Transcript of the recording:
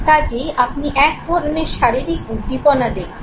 কাজেই আপনি এক ধরণের শারীরিক উদ্দীপনা দেখবেন